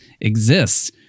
exists